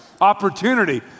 opportunity